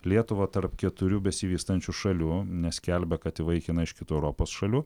lietuvą tarp keturių besivystančių šalių neskelbia kad įvaikina iš kitų europos šalių